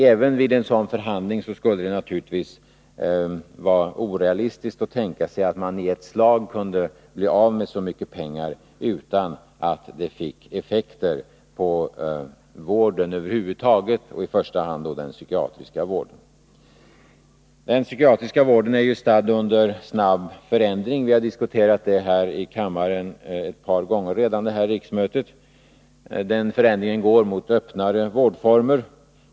Även vid en dylik förhandling skulle det naturligtvis vara orealistiskt att tänka sig att man i ett slag kunde bli av med så mycket pengar utan att det fick effekter på vården över huvud taget och i första hand den psykiatriska vården. Den psykiatriska vården är stadd i snabb förändring. Vi har diskuterat det häri kammaren ett par gånger redan under detta riksmöte. Förändringen går mot öppnare vårdformer.